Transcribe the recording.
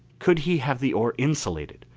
could he have the ore insulated,